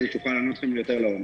כדי שהוא יוכל לענות לכם יותר לעומק.